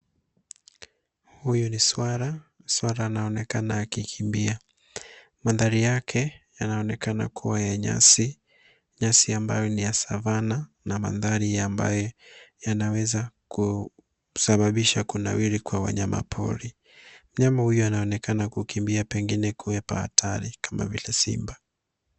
Huyu ni swara, swara anaonekana akikimbia. Madhari yake yanaonekana kuwa ya nyasi, nyasi ambayo ni ya savannah na mandhari ambayo yanaweza kumsababisha kunawiri kwa wanyama pori. Mnyama huyo anaonekana kukimbia pengine kuhepa hatari kama vile simba.